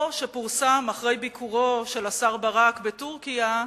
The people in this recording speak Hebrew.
או שפורסם, אחרי ביקורו של השר ברק בטורקיה: